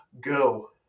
go